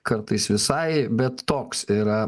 kartais visai bet toks yra